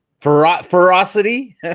ferocity